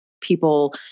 people